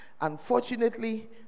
Unfortunately